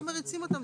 לא מריצים אותם.